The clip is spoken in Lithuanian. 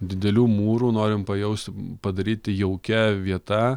didelių mūrų norim pajausti padaryti jaukia vieta